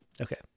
Okay